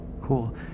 Cool